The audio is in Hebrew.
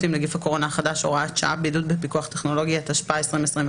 עם נגיף הקורונה החדש (הוראות שעה) (בידוד בפיקוח טכנולוגי) התשפ"א-2021,